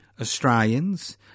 Australians